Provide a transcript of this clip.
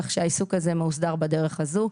כך שהעיסוק הזה מוסדר בדרך הזו.